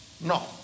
No